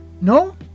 no